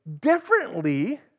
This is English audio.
differently